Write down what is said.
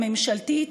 הממשלתית,